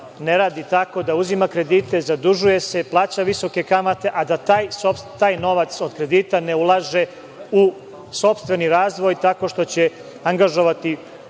ne radi tako da uzima kredite, zadužuje se, plaća visoke kamate, a da taj novac od kredita ne ulaže u sopstveni razvoj, tako što će angažovati